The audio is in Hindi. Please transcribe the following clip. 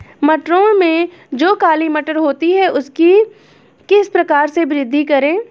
मटरों में जो काली मटर होती है उसकी किस प्रकार से वृद्धि करें?